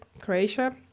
Croatia